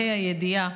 בה"א הידיעה,